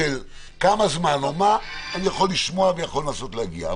כמה זמן או מה, אני יכול לשמוע ויכול לנסות להגיע.